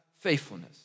faithfulness